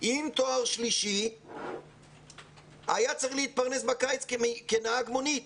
עם תואר שלישי, היה צריך להתפרנס בקיץ כנהג מונית.